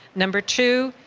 number two,